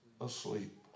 asleep